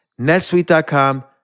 netsuite.com